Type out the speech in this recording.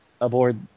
aboard